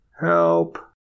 Help